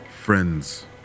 Friends